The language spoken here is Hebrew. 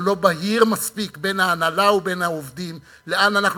או לא בהיר מספיק בין ההנהלה ובין העובדים לאן אנחנו